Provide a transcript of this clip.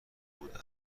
بوده